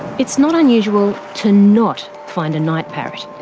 it's not unusual to not find a night parrot.